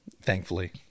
Thankfully